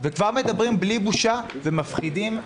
וכבר מדברים בלי בושה ומפחידים על סגר שלישי.